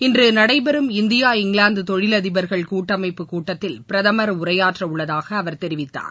இன்று நடைபெறும் India England தொழிலதிபர்கள் கூட்டமைப்பு கூட்டத்தில் பிரதமர் உரையாற்றவுள்ளதாக அவர் தெரிவித்தார்